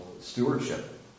stewardship